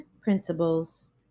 principles